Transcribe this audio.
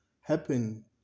happen